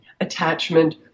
attachment